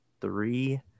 three